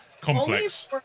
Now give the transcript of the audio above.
Complex